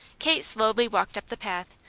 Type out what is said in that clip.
kate slowly walked up the path,